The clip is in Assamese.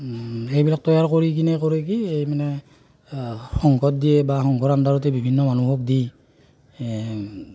এইবিলাক তৈয়াৰ কৰি কিনে কৰে কি মানে সংঘত দিয়ে বা সংঘৰ আণ্ডাৰতে বিভিন্ন মানুহক দি